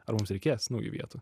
ar mums reikės naujų vietų